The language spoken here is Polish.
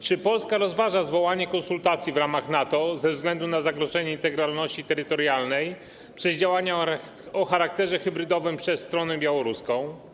Czy Polska rozważa zwołanie konsultacji w ramach NATO ze względu na zagrożenie integralności terytorialnej przez działania o charakterze hybrydowym przez stronę białoruską?